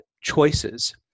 choices